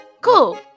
cool